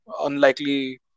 unlikely